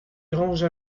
granges